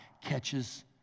catches